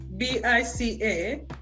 B-I-C-A